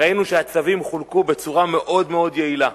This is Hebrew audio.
ראינו שהצווים חולקו בצורה מאוד מאוד יעילה,